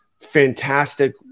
fantastic